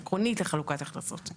עקרונית לחלוקת הכנסות.